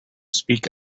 speak